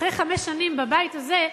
אחרי חמש שנים בבית הזה,